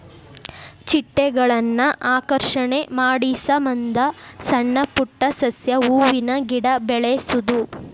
ಚಿಟ್ಟೆಗಳನ್ನ ಆಕರ್ಷಣೆ ಮಾಡುಸಮಂದ ಸಣ್ಣ ಪುಟ್ಟ ಸಸ್ಯ, ಹೂವಿನ ಗಿಡಾ ಬೆಳಸುದು